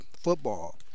football